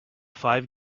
five